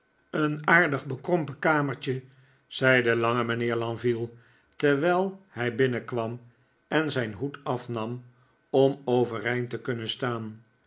een aardig bekrompen kamertje zei de lange mijnheer lenville terwijl hij bin nenkwam en zijn hoed afnam om overeind te kunnen staan